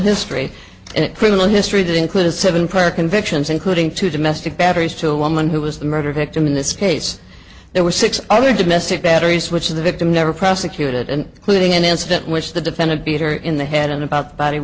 history and criminal history that included seven prior convictions including two domestic battery still woman who was the murder victim in this case there were six other domestic battery switch the victim never prosecuted and cleaning an incident which the defendant beat her in the head and about body